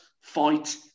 Fight